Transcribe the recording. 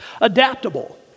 Adaptable